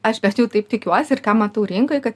aš bent jau taip tikiuosi ir ką matau rinkoje